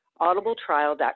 audibletrial.com